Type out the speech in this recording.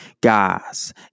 Guys